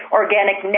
organic